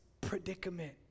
predicament